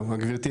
טוב גברתי,